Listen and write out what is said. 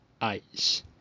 ice